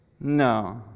No